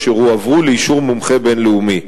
אשר הועברו לאישור מומחה בין-לאומי,